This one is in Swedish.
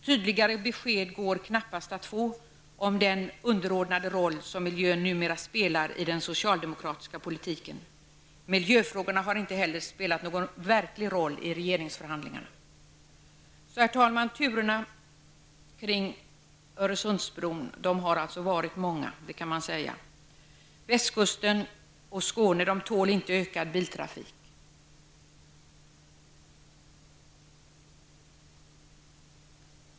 Tydligare besked går knappast att få om vilken underordnad roll miljön numera spelar i den socialdemokratiska politiken. Miljöfrågorna har inte heller spelat någon verklig roll i regeringsförhandlingarna. Herr talman! Man kan alltså säga att turerna kring Öresundsbron har varit många. Västkusten och Skåne tål inte ökad biltrafik.